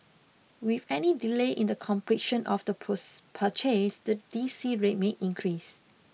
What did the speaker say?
with any delay in the completion of the purchase the D C rate may increase